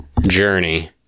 journey